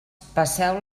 passeu